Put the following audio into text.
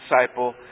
disciple